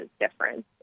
difference